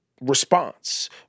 response